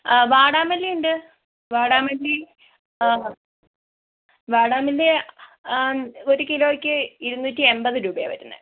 ആഹ് വാടാമല്ലിയുണ്ട് വാടാമല്ലി ആഹ് വാടാമല്ലി ഒരു കിലോയ്ക്ക് ഇരുന്നൂറ്റി എമ്പത് രൂപയാണ് വരുന്നത്